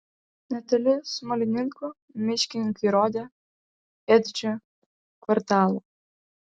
netoli smalininkų miškininkai rodė ėdžių kvartalą